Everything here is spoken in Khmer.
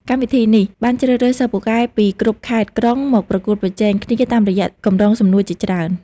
កម្មវិធីនេះបានជ្រើសរើសសិស្សពូកែពីគ្រប់ខេត្ត-ក្រុងមកប្រកួតប្រជែងគ្នាតាមរយៈកម្រងសំណួរជាច្រើន។